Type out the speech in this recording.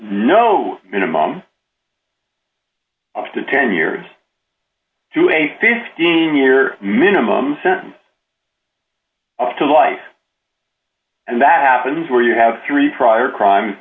no minimum to ten years to a fifteen year minimum to life and that happens where you have three prior crime